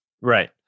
Right